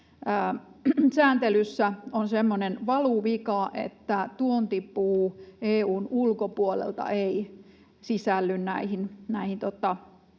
sääntelyssä on semmoinen valuvika, että tuontipuu EU:n ulkopuolelta ei sisälly tähän